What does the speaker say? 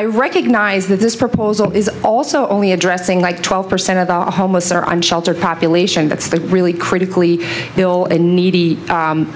i recognise that this proposal is also only addressing like twelve percent of the homeless are on shelter population that's the really critically ill and needy